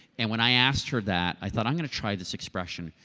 and when i asked her that, i thought i'm going to try this expression.